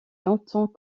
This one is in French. longtemps